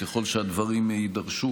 ככל שהדברים יידרשו,